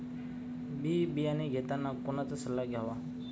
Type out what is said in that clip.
बी बियाणे घेताना कोणाचा सल्ला घ्यावा?